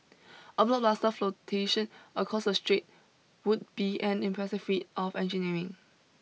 a blockbuster flotation across the strait would be an impressive feat of engineering